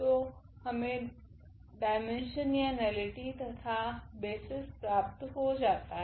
तो हमे dimensionality तथा बेसिस प्राप्त हो जाता है